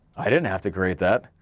i didn't have to create that,